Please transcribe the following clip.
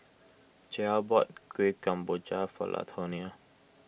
Joel bought Kueh Kemboja for Latonia